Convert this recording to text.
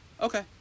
okay